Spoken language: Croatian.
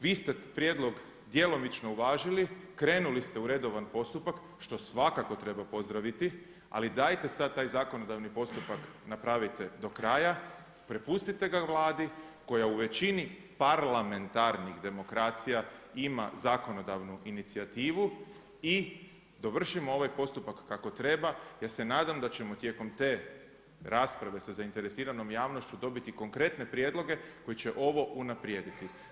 Vi ste prijedlog djelomično uvažili, krenuli ste u redovan postupak što svakako treba pozdraviti ali dajte sad taj zakonodavni postupak napravite do kraja, prepustite ga Vladi koja u većini parlamentarnih demokracija ima zakonodavnu inicijativu i dovršimo ovaj postupak kako treba jer se nadam da ćemo tijekom te rasprave sa zainteresiranom javnošću dobiti konkretne prijedloge koji će ovo unaprijediti.